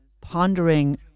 pondering